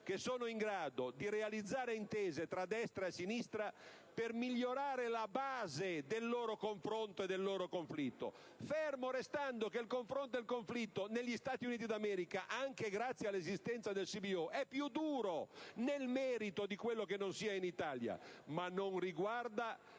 che sono in grado di realizzare intese tra destra e sinistra per migliorare la base del loro confronto e del loro conflitto. Fermo restando che il confronto e il conflitto negli Stati Uniti d'America, anche grazie all'esistenza del CBO, è più duro nel merito di quello che non sia in Italia, ma non riguarda